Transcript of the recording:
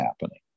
happening